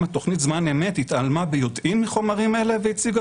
התוכנית זמן אמת התעלמה ביודעין מחומרים אלה והציגה